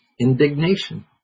indignation